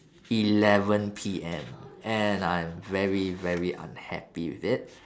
eleven P_M and I'm very very unhappy with it